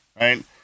right